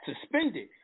Suspended